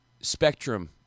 spectrum